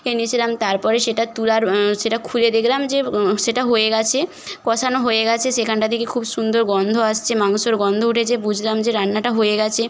নিয়েছিলাম তারপরে সেটা তোলার সেটা খুলে দেখলাম যে সেটা হয়ে গিয়েছে কষানো হয়ে গিয়েছে সেখানটা থেকে খুব সুন্দর গন্ধ আসছে মাংসর গন্ধ উঠেছে বুঝলাম যে রান্নাটা হয়ে গিয়েছে